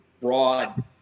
broad